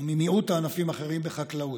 או מיעוט הענפים האחרים בחקלאות.